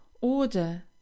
order